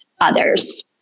others